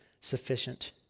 sufficient